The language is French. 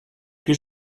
plus